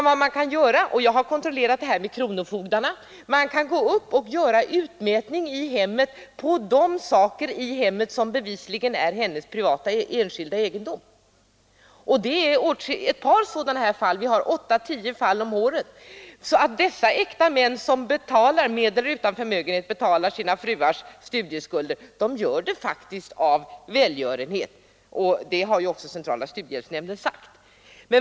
Vad man kan göra — jag har kontrollerat detta med kronofogdarna — är att göra utmätning i hemmet på de saker som bevisligen är hennes enskilda egendom. Vi har åtta tio sådana fall om året. De äkta män som med eller utan förmögenhet betalar sina fruars studieskulder gör det alltså faktiskt av välgörenhet. Det har också centrala studiehjälpsnämnden sagt.